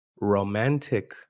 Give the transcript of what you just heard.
romantic